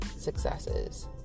successes